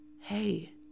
hey